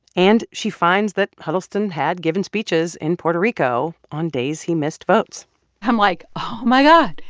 and she finds that huddleston had given speeches in puerto rico on days he missed votes i'm, like, oh, my god.